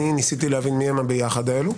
אני ניסיתי להבין מיהם הביחד האלו.